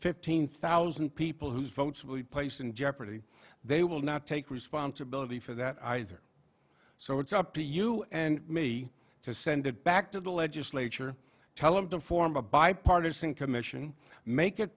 fifteen thousand people whose votes will be placed in jeopardy they will not take responsibility for that either so it's up to you and me to send it back to the legislature tell him to form a bipartisan commission make it